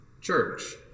church